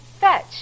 Fetch